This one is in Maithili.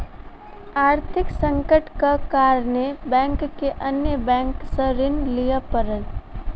आर्थिक संकटक कारणेँ बैंक के अन्य बैंक सॅ ऋण लिअ पड़ल